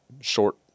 short